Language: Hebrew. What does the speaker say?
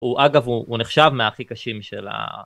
הוא אגב הוא נחשב מהכי קשים של ה...